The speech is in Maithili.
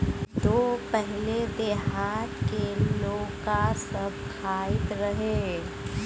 कोदो पहिले देहात केर लोक सब खाइत रहय